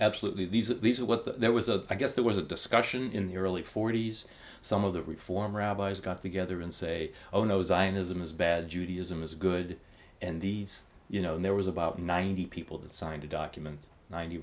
absolutely these are these are what the there was a i guess there was a discussion in the early forty's some of the reform rabbis got together and say oh no zionism is bad judaism is good and these you know there was about ninety people that signed a document ninety